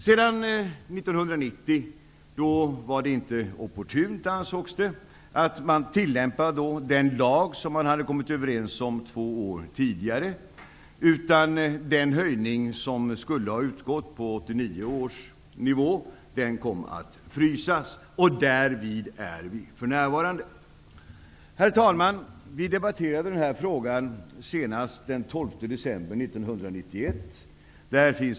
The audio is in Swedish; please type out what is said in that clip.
1990 ansågs det inte opportunt att tillämpa den lag som man hade kommit överens om två år tidigare. Den höjning som skulle ha utgått på 1989 års nivå kom att frysas. Där är vi fortfarande. Herr talman! Vi debatterade den här frågan senast den 12 december 1991.